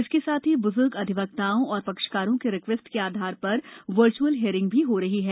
इसके साथ ही ब्ज़र्ग अधिवक्ताओं और पक्षकारों की रिक्वेस्ट के आधार पर वर्च्अल हियरिंग भी हो रही है